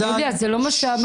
יוליה, זה לא מה שאמרנו.